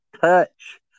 touch